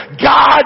God